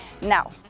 now